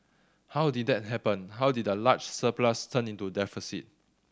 how did that happen how did a large surplus turn into deficit